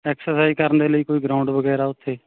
exercise ਕਰਨ ਦੇ ਲਈ ਕੋਈ ਗਰਾਊਂਡ ਵਗੈਰਾ ਉੱਥੇ